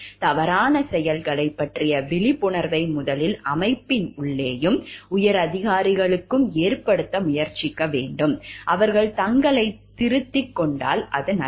தவறான செயல்களைப் பற்றிய விழிப்புணர்வை முதலில் அமைப்பின் உள்ளேயும் உயரதிகாரிகளுக்கும் ஏற்படுத்த முயற்சிக்க வேண்டும் அவர்கள் தங்களைத் திருத்திக் கொண்டால் அது நல்லது